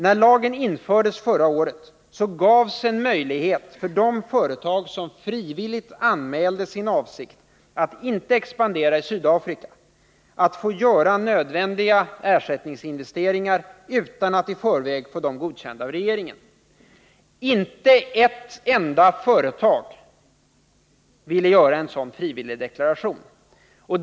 När lagen infördes förra året gavs en möjlighet för de företag som frivilligt anmälde sin avsikt att inte expandera i Sydafrika att få göra nödvändiga ersättningsinvesteringar utan att i förväg få dem godkända av regeringen. Inte ett enda företag ville göra en sådan frivillig deklaration.